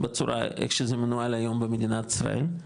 בצורה איך שזה מנוהל היום במדינת ישראל,